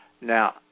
Now